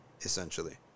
essentially